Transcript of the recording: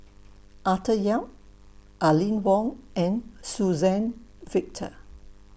Arthur Yap Aline Wong and Suzann Victor